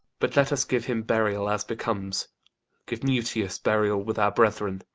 but let us give him burial, as becomes give mutius burial with our bretheren.